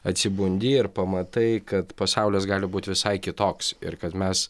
atsibundi ir pamatai kad pasaulis gali būti visai kitoks ir kad mes